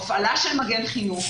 הפעלה של מגן חינוך,